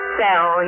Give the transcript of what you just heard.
sell